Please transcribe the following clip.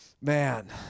Man